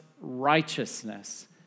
righteousness